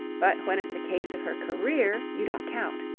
but when it's a case of her career you don't count.